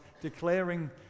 declaring